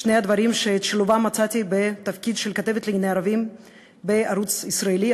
שני דברים שאת שילובם מצאתי בתפקיד של כתבת לענייני ערבים בערוץ ישראלי,